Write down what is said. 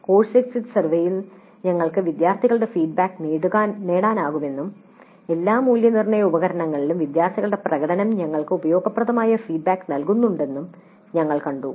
course exit സർവേയിൽ ഞങ്ങൾക്ക് വിദ്യാർത്ഥികളുടെ ഫീഡ്ബാക്ക് നേടാനാകുമെന്നും എല്ലാ മൂല്യനിർണ്ണയ ഉപകരണങ്ങളിലും വിദ്യാർത്ഥികളുടെ പ്രകടനം ഞങ്ങൾക്ക് ഉപയോഗപ്രദമായ ഫീഡ്ബാക്ക് നൽകുന്നുണ്ടെന്നും ഞങ്ങൾ കണ്ടു